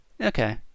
Okay